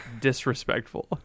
Disrespectful